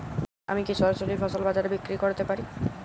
আমি কি সরাসরি ফসল বাজারে বিক্রি করতে পারি?